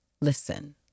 listen